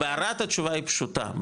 בערד התשובה היא פשוטה,